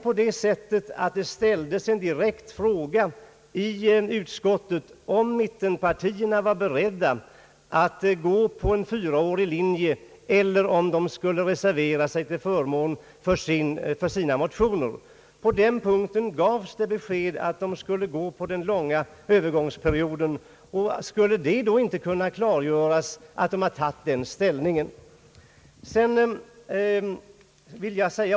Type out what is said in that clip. Men, herr Lidgard, i utskottet ställdes en direkt fråga om mittenpartierna var beredda att biträda förslaget om en fyraårig linje eller om de skulle reservera sig till förmån för sina motioner. På den frågan gavs beskedet att de föredrog den långa övergångsperioden. Skulle det då inte kunna klargöras att mittenpartierna har tagit den ställningen?